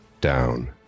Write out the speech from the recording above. down